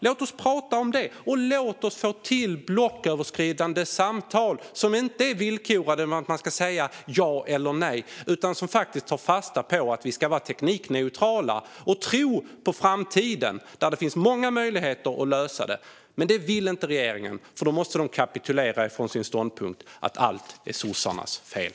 Låt oss prata om detta, och låt oss få till blocköverskridande samtal som inte är villkorade med att säga ja eller nej utan som faktiskt tar fasta på att vi ska vara teknikneutrala och tro på framtiden, då det finns många möjligheter att lösa det. Men detta vill inte regeringen, för då måste de kapitulera från sin ståndpunkt att allt är sossarnas fel.